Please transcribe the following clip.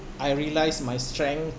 I realised my strength